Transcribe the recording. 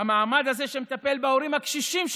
המעמד הזה שמטפל בהורים הקשישים שלכם.